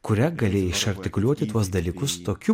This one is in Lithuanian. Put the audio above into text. kuria gali iš artikuliuoti tuos dalykus tokiu